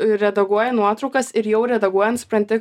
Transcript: redaguoji nuotraukas ir jau redaguojant supranti